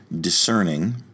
discerning